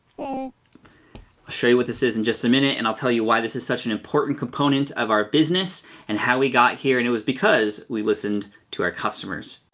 i'll show you what this is in and just a minute and i'll tell you why this is such an important component of our business and how we got here, and it was because we listened to our customers.